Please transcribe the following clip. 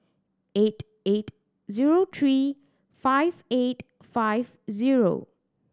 eight eight zero three five eight five zero